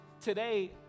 Today